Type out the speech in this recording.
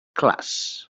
clars